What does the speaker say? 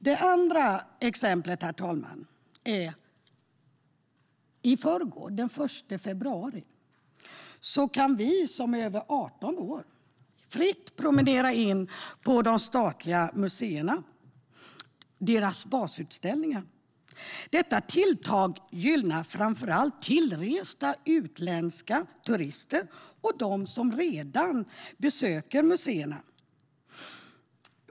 Det andra exemplet, herr talman, är att från och med i förrgår, den 1 februari, kan vi som är över 18 år fritt promenera in på de statliga museerna - på deras basutställningar. Denna 80-miljonerssatsning gynnar framför allt tillresta utländska turister och dem som redan besöker museerna.